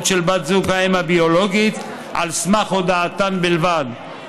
של בת זוג של האם הביולוגית על סמך הודעתן בלבד,